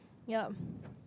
ya